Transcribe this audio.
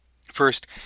First